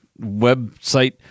website